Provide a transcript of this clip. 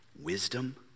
wisdom